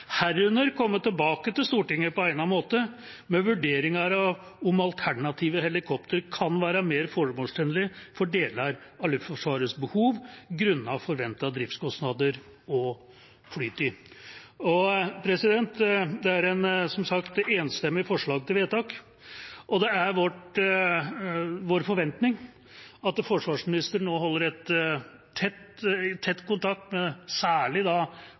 herunder komme tilbake til Stortinget på egnet måte med vurderinger av om alternative helikoptre kan være mer formålstjenlig for deler av Luftforsvarets behov grunnet forventede driftskostnader og flytid.» Det er som sagt et enstemmig forslag til vedtak, og det er vår forventning at forsvarsministeren nå holder tett kontakt med særlig